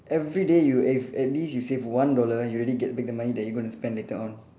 everyday you if at least you save one dollar you already get back the money that you going to spend later on